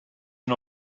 una